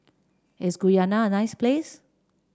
is Guyana a nice place